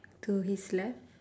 to his left